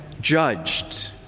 judged